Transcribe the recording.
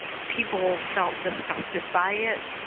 people felt disgusted by it.